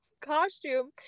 Costume